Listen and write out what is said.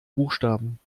buchstaben